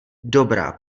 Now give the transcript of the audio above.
dobrá